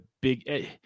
big